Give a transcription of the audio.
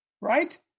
right